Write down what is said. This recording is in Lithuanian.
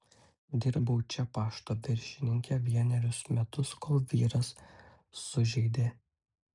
dirbau čia pašto viršininke vienerius metus kol vyras sužeidė